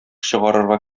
чыгарырга